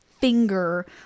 finger